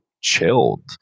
chilled